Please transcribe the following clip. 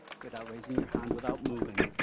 without raising your hand, without moving,